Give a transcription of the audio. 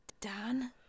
Dan